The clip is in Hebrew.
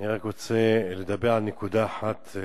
אני רק רוצה לדבר על נקודה אחת נוספת.